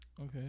Okay